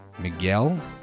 Miguel